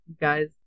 guys